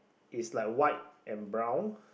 is like white and brown